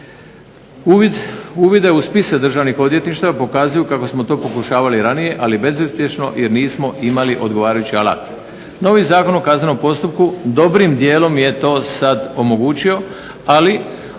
Uvide u spise državnih odvjetništava pokazuje kako smo to pokušavali ranije ali bezuspješno jer nismo imali odgovarajući alat. Novi Zakon o kaznenom postupku dobrim dijelom je to sada omogućio ali